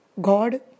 God